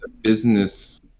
business